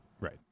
right